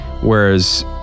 Whereas